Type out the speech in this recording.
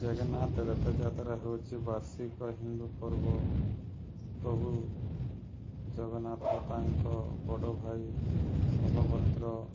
ଜଗନ୍ନାଥ ରଥଯାତ୍ରା ହେଉଛି ବାର୍ଷିକ ହିନ୍ଦୁ ପର୍ବ ପ୍ରଭୁ ଜଗନ୍ନାଥ ତାଙ୍କ ବଡ଼ ଭାଇ ବଳଭଦ୍ର